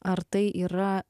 ar tai yra